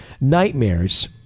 Nightmares